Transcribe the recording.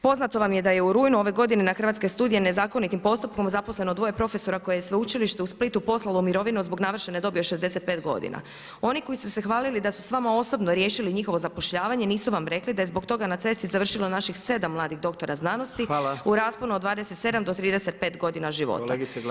Poznato vam je da je u rujnu ove godine, na hrvatske studije nezakonitim postupkom zaposleno dvije profesora koje je sveučilište u Splitu poslalo mirovinu zbog navršene dobi od 65 g. Oni koji su se hvalili da su s vama osobno riješili njihovo zapošljavanje, nisu vam rekli da je zbog toga na cesti završilo naših 7 mladih doktora znanosti u rasponu od 27-35 g. života